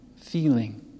feeling